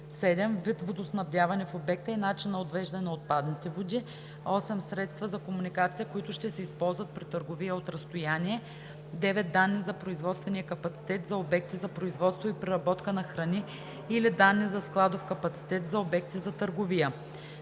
7. вид водоснабдяване в обекта и начин на отвеждане на отпадните води; 8. средства за комуникация, които ще се използват при търговия от разстояние; 9. данни за производствения капацитет – за обекти за производство и преработка на храни, или данни за складов капацитет – за обекти за търговия;